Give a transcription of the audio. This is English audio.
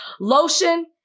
Lotion